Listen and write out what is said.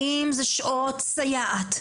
האם זה שעות סייעת?